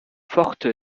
forte